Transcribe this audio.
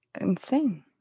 insane